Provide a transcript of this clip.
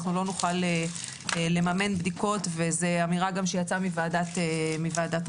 אנחנו לא נוכל לממן בדיקות וזו אמירה שגם יצאה מוועדת החינוך.